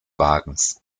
wagens